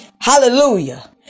Hallelujah